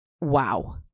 Wow